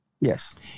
Yes